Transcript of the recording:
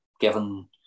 given